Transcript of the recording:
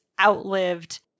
outlived